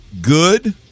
good